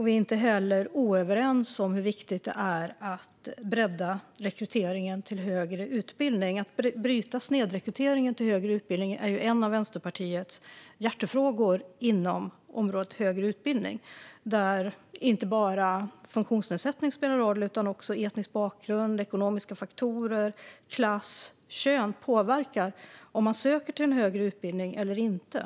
Vi är inte heller oöverens om hur viktigt det är att bredda rekryteringen till högre utbildning. Att bryta snedrekryteringen till högre utbildning är en av Vänsterpartiets hjärtefrågor inom området högre utbildning. Där spelar inte bara funktionsnedsättningar roll. Också etnisk bakgrund, ekonomiska faktorer, klass och kön påverkar om man söker till en högre utbildning eller inte.